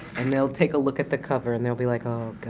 and they'll take a look at the cover and they'll be like, oh